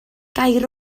gair